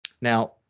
Now